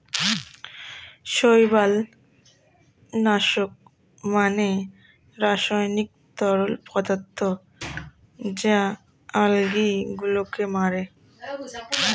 শৈবাল নাশক মানে রাসায়নিক তরল পদার্থ যা আলগী গুলোকে মারে